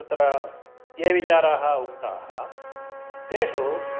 तत्र ये विचाराः उक्ताः तेषु